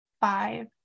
five